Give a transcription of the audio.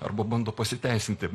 arba bando pasiteisinti